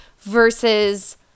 versus